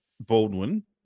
Baldwin